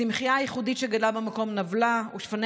הצמחייה הייחודית שצמחה במקום נבלה ושפני